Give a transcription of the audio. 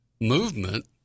movement